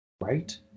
Right